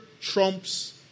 trumps